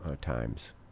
times